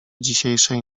dzisiejszej